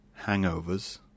hangovers